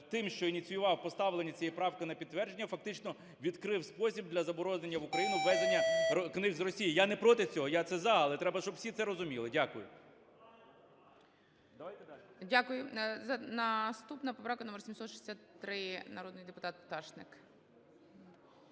тим, що ініціював поставлення цієї правки на підтвердження, фактично відкрив спосіб для заборонення в Україну ввезення книг з Росії. Я не проти цього, я це за, але треба, щоб всі це розуміли. Дякую. Давайте далі. ГОЛОВУЮЧИЙ. Дякую. Наступна поправка - номер 763, народний депутат Пташник.